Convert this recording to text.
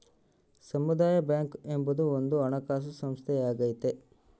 ಸಮುದಾಯ ಬ್ಯಾಂಕ್ ಎಂಬುದು ಒಂದು ಹಣಕಾಸು ಸಂಸ್ಥೆಯಾಗೈತೆ